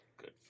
Good